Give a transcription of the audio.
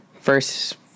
First